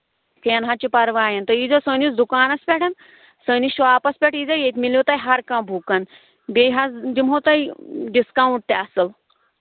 کیٚنٛہہ نہَ حظ چھُ پَرواے تُہۍ ییٖزیٚو سٲنِس دُکانَس پٮ۪ٹھ سٲنِس شاپَس پٮ۪ٹھ ییٖزیٚو ییٚتہِ میلیو تۄہہِ ہَر کانٛہہ بُک بیٚیہِ حظ دِمہو تۄہہِ ڈِسکاوُنٛٹ تہِ اَصٕل